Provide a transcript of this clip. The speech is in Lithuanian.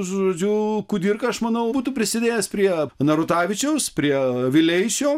žodžiu kudirka aš manau būtų prisidėjęs prie narutavičiaus prie vileišio